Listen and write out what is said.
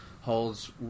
holds